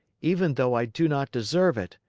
even though i do not deserve it.